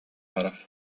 барар